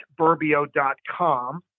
burbio.com